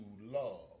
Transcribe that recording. love